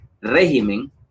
régimen